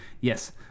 Yes